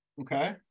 okay